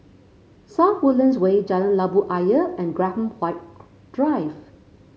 South Woodlands Way Jalan Labu Ayer and Graham Drive